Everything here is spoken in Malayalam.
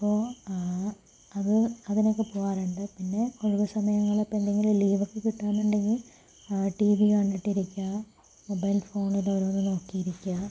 അപ്പോൾ അത് അതിനൊക്കെ പോകാറുണ്ട് പിന്നെ ഒഴിവ് സമയങ്ങളിൽ ഇപ്പോൾ എന്തെങ്കിലും ലീവൊക്കെ കിട്ടാനുണ്ടെങ്കിൽ കിട്ടാനുണ്ടെങ്കിൽ ടി വി കണ്ടിട്ടിരിക്കാം മൊബൈൽ ഫോണിലോരോന്ന് നോക്കിയിരിക്കാം